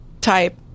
type